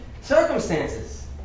circumstances